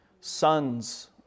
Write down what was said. sons